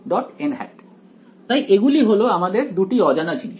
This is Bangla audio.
তাই এগুলি হলো আমাদের দুটি অজানা জিনিস